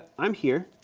i'm here,